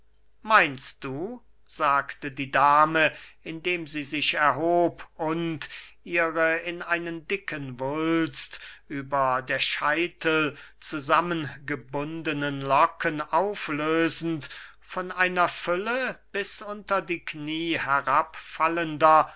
meinst du sagte die dame indem sie sich erhob und ihre in einen dicken wulst über der scheitel zusammen gebundene locken auflösend von einer fülle bis unter die kniee